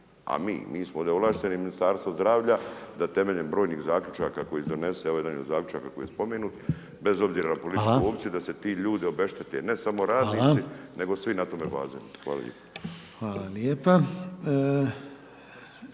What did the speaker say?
A mi, mi smo ovdje ovlašteni Ministarstvo zdravlja da temeljem brojnih zaključaka koji se donese, ovdje je jedan od zaključaka koji je spomenut, bez obzira na……/Upadica: Hvala/…političku opciju da se ti ljudi obeštete, ne…/Upadica: Hvala/…samo radnici, nego svi na tome bazenu. Hvala lijepo.